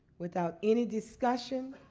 without any discussion,